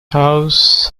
house